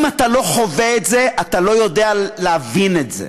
אם אתה לא חווה את זה, אתה לא יודע להבין את זה.